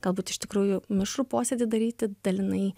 galbūt iš tikrųjų mišrų posėdį daryti dalinai